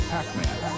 Pac-Man